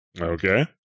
Okay